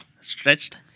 Stretched